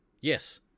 yes